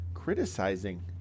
criticizing